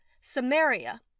Samaria